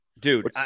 dude